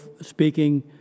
speaking